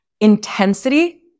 Intensity